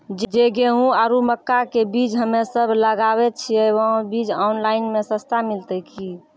जे गेहूँ आरु मक्का के बीज हमे सब लगावे छिये वहा बीज ऑनलाइन मे सस्ता मिलते की?